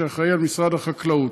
שאחראי למשרד החקלאות.